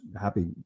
happy